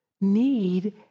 need